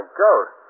ghost